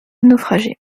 naufragé